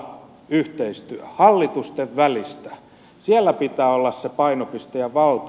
hallitusten välistä siellä pitää olla se painopiste ja valta